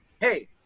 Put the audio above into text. Hey